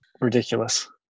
ridiculous